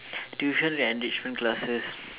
tuition and enrichment classes